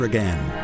Again